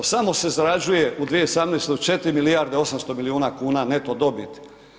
Samo se zarađuje u 2017. 4 milijarde 800 milijuna kuna neto dobiti.